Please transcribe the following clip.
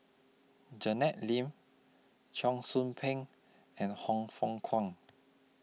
Janet Lim Cheong Soo Pieng and Hang Fook Kwang